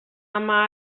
ama